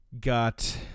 got